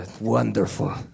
wonderful